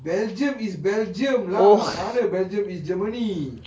belgium is belgium lah mana belgium is germany